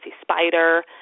Spider